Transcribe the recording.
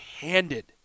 handed